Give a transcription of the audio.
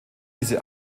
diese